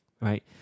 Right